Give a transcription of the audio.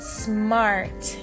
smart